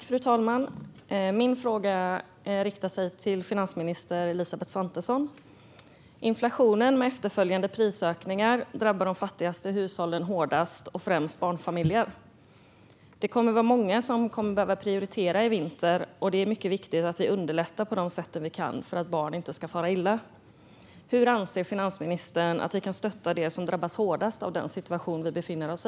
Fru talman! Min fråga riktar sig till finansminister Elisabeth Svantesson. Inflationen med efterföljande prisökningar drabbar de fattigaste hushållen hårdast och främst barnfamiljer. Det är många som kommer att behöva prioritera i vinter, och det är mycket viktigt att vi underlättar på de sätt vi kan för att barn inte ska fara illa. Hur anser finansministern att vi kan stötta dem som drabbas hårdast av den situation som vi befinner oss i?